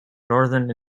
northern